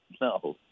No